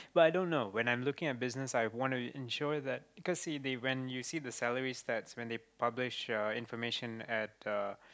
but i don't know when I'm looking at business I want to ensure that cause they when you see the salary stats when they publish uh information at the